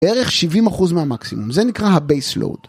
בערך 70% מהמקסימום, זה נקרא ה-base load.